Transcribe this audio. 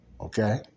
Okay